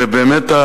ובאמת,